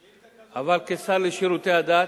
שאילתא כזאת, אבל כשר לשירותי הדת,